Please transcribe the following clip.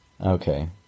Okay